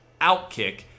OUTKICK